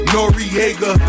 Noriega